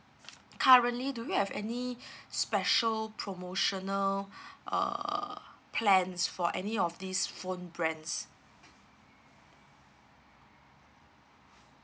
currently do you have any special promotional uh plans for any of these phone brands